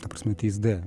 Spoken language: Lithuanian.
ta prasme trys d